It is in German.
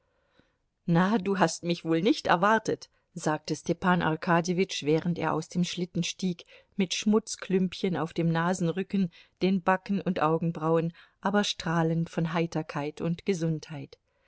na du hast mich wohl nicht erwartet sagte stepan arkadjewitsch während er aus dem schlitten stieg mit schmutzklümpchen auf dem nasenrücken den backen und augenbrauen aber strahlend von heiterkeit und gesundheit